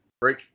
Break